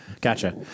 Gotcha